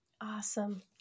Awesome